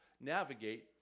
navigate